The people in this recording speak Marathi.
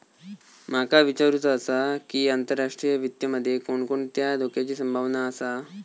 माका विचारुचा आसा की, आंतरराष्ट्रीय वित्त मध्ये कोणकोणत्या धोक्याची संभावना आसा?